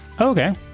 okay